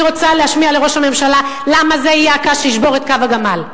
אני רוצה להשמיע לראש הממשלה למה זה יהיה הקש שישבור את גב הגמל.